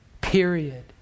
period